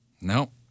No